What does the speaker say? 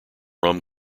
rum